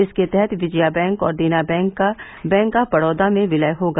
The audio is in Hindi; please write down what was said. इसके तहत विजया बैंक और देना बैंक का बैंक ऑफ बड़ौदा में विलय होगा